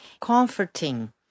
comforting